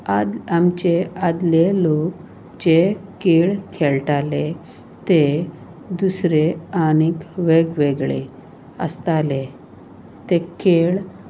आद आमचे आदले लोक जे खेळ खेळटाले ते दुसरें आनीक वेगवेगळे आसताले ते खेळ